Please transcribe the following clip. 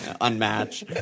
unmatched